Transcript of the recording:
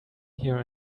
here